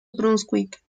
brunswick